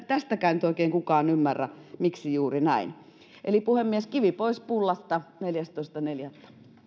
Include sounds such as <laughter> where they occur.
<unintelligible> tästäkään nyt oikein kukaan ymmärrä miksi juuri näin eli puhemies kivi pois pullasta neljästoista neljättä